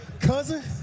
cousin